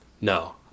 no